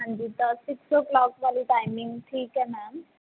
ਹਾਂਜੀ ਤਾਂ six o'clock ਵਾਲੀ ਟਾਈਮਿੰਗ ਠੀਕ ਹੈ ਮੈਮ